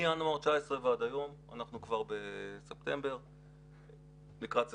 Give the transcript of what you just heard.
מינואר 19' ועד היום, אנחנו כבר לקראת ספטמבר,